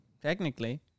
technically